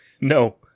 No